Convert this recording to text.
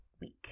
week